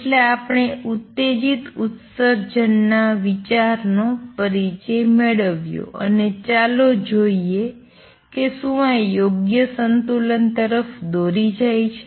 એટલે આપણે ઉત્તેજીત ઉત્સર્જન ના વિચાર નો પરિચય મેળવિયો અને ચાલો જોઈએ કે શું આ યોગ્ય સંતુલન તરફ દોરી જાય છે